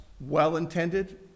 well-intended